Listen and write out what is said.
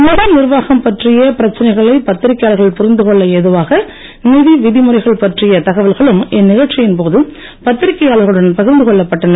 நிதி நிர்வாகம் பற்றிய பிரச்சனைகள் பத்திரிகையாளர்கள் புரிந்து கொள்ள ஏதுவாக நிதி விதிமுறைகள் பற்றிய தகவல்களும் இந்நிகழ்ச்சியின் போது பத்திரிகையாளர்களுடன் பகிர்ந்துகொள்ளப் பட்டன